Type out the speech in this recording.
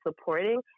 supporting